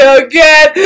again